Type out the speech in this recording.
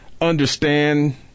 understand